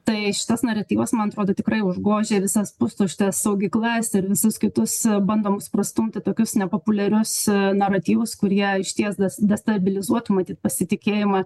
tai šitas naratyvas man atrodo tikrai užgožia visas pustuštes saugyklas ir visus kitus bando mus prastumti tokius nepopuliarius naratyvus kurie išties das dastabilizuotų matyt pasitikėjimą